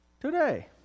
today